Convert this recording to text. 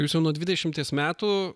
jūs jau nuo dvidešimties metų